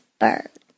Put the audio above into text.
bird